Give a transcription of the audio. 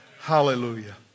Hallelujah